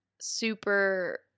super